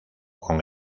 con